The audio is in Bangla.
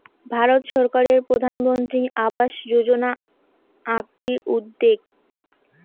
ভারত সরকারের প্রধানমন্ত্রী আবাস যোজনা আকটি উদ্যেগ